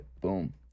boom